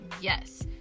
Yes